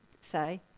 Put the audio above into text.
say